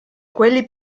quelli